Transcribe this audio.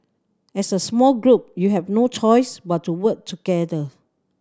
as a small group you have no choice but to work together